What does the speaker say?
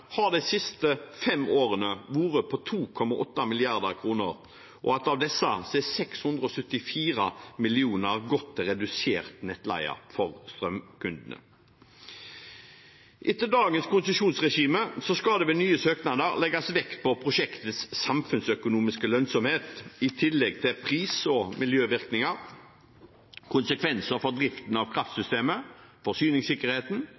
har de siste fem årene vært på 2,8 mrd. kr, og av disse har 674 mill. kr gått til redusert nettleie for strømkundene. Etter dagens konsesjonsregime skal det ved nye søknader legges vekt på prosjektets samfunnsøkonomiske lønnsomhet i tillegg til pris og miljøvirkninger, konsekvenser for driften av kraftsystemet, forsyningssikkerheten